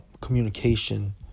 communication